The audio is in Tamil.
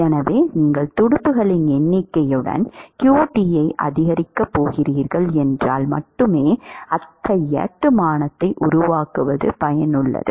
எனவே நீங்கள் துடுப்புகளின் எண்ணிக்கையுடன் qt அதிகரிக்கப் போகிறீர்கள் என்றால் மட்டுமே அத்தகைய கட்டுமானத்தை உருவாக்குவது பயனுள்ளது